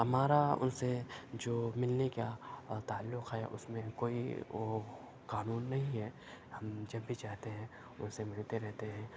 ہمارا ان سے جو ملنے کا تعلق ہے اس میں کوئی وہ قانون نہیں ہے ہم جب بھی چاہتے ہیں ان سے ملتے رہتے ہیں